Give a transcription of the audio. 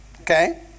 Okay